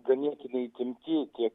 ganėtinai įtempti kiek